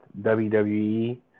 WWE